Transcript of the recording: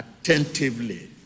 attentively